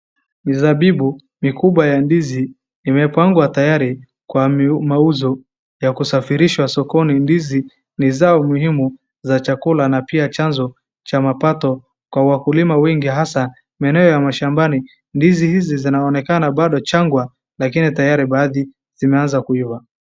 Mizabibu mikubwa ya ndizi imapangwa tayari kwa mauzo ya kusafirishwa sokoni. Ndizi ni zao muhimu za chakula na pia chanzo cha mapato kwa wakulima wengi hasa maeneo ya mashambani. Ndizi hizi zinaonekana bado changwa, lakini tayari baadhi zimeanza kuiva.